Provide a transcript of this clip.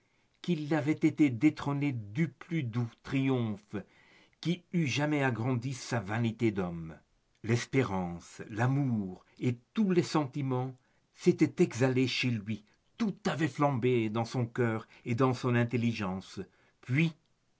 qu'il avait été détrôné du plus doux triomphe qui eût jamais agrandi sa vanité d'homme l'espérance l'amour et tous les sentiments s'étaient exaltés chez lui tout avait flambé dans son cœur et dans son intelligence puis